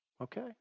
Okay